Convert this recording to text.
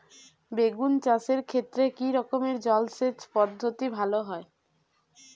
বেগুন চাষের ক্ষেত্রে কি রকমের জলসেচ পদ্ধতি ভালো হয়?